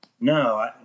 No